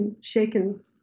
shaken